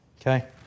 Okay